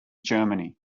germany